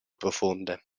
profonde